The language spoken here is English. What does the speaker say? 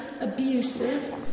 abusive